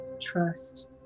Trust